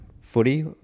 footy